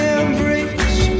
embrace